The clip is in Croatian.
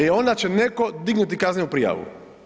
E, onda će neko dignuti kaznenu prijavu.